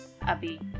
Abby